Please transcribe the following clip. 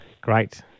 Great